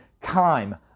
time